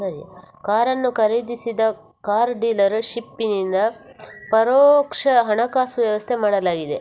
ಕಾರನ್ನು ಖರೀದಿಸಿದ ಕಾರ್ ಡೀಲರ್ ಶಿಪ್ಪಿನಿಂದ ಪರೋಕ್ಷ ಹಣಕಾಸು ವ್ಯವಸ್ಥೆ ಮಾಡಲಾಗಿದೆ